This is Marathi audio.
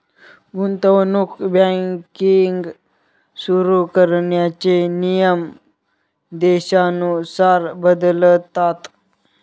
गुंतवणूक बँकिंग सुरु करण्याचे नियम देशानुसार बदलतात